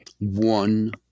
one